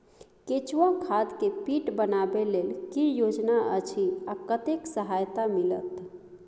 केचुआ खाद के पीट बनाबै लेल की योजना अछि आ कतेक सहायता मिलत?